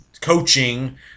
coaching